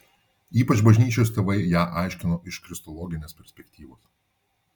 ypač bažnyčios tėvai ją aiškino iš kristologinės perspektyvos